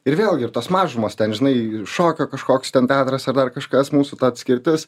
ir vėlgi ir tos mažumos ten žinai šokio kažkoks ten teatras ar dar kažkas mūsų ta atskirtis